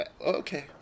okay